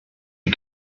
you